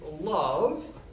love